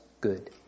good